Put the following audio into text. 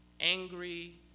angry